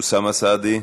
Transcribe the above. אוסאמה סעדי,